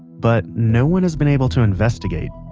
but no one has been able to investigate,